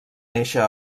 néixer